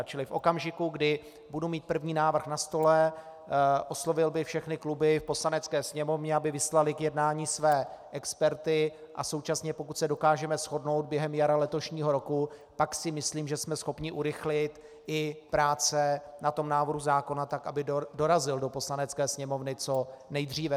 Čili v okamžiku, kdy budu mít první návrh na stole, oslovil bych všechny kluby v Poslanecké sněmovně, aby vyslaly k jednání své experty, a současně pokud se dokážeme shodnout během jara letošního roku, pak si myslím, že jsme schopni urychlit i práce na tom návrhu zákona, tak aby dorazil do Poslanecké sněmovny co nejdříve.